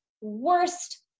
worst